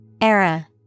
era